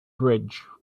bridge